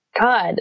God